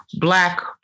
Black